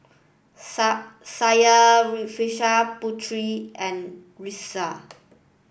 Syarafina Putra and Rizqi